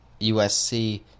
USC